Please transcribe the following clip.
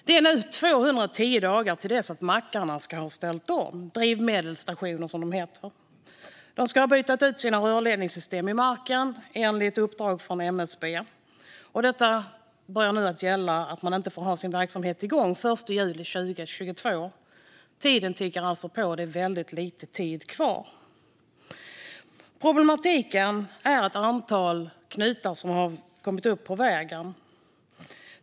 Det är nu 210 dagar till dess att mackarna - eller drivmedelsstationerna, som det heter - ska ha ställt om. De ska ha bytt ut sina rörledningssystem i marken, enligt uppdrag från MSB. Detta innebär att de inte får ha sin verksamhet igång den 1 juli 2022 om de inte gjort det. Tiden tickar alltså på, och det är väldigt lite tid kvar. Problematiken är ett antal knutar som uppstått längs vägen.